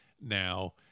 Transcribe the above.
now